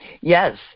Yes